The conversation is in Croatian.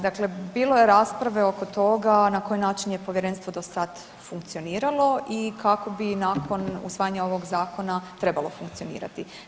Dakle, bilo je rasprave oko toga na koji način je povjerenstvo do sad funkcioniralo i kako bi nakon usvajanja ovog zakona trebalo funkcionirati.